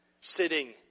sitting